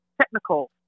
technical